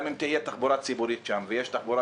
גם אם נעשה שם תחבורה ציבורית ויש תחבורה